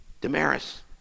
Damaris